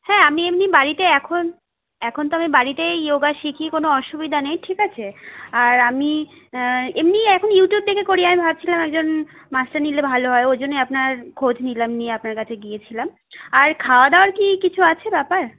হ্যাঁ আমি এমনি বাড়িতে এখন এখন তো আমি বাড়িতেই ইয়োগা শিখি কোন অসুবিধা নেই ঠিক আছে আর আমি এমনি এখন ইউটিউব দেখে করি আমি ভাবছিলাম একজন মাস্টার নিলে ভালো হয় ওই জন্যই আপনার খোঁজ নিলাম নিয়ে আপনার কাছে গিয়েছিলাম আর খাওয়া দাওয়ার কি কিছু আছে ব্যাপার